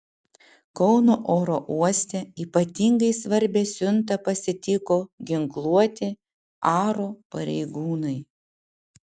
kauno oro uoste ypatingai svarbią siuntą pasitiko ginkluoti aro pareigūnai